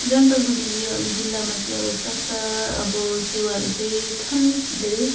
जलपाइगुडी जियल जिल्लामा चाहिँ अब स्वास्थ्य अब सेवाहरू चाहिँ छन् धेरै